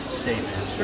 statement